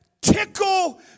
Tickle